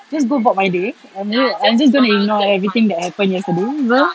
just go about my day I'm I'm just gonna ignore everything that happened yesterday bruh